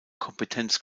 kompetenz